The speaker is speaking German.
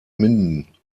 minden